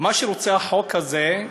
מה שרוצה החוק הזה,